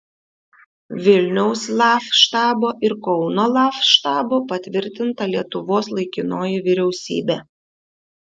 vilniaus laf štabo ir kauno laf štabo patvirtinta lietuvos laikinoji vyriausybė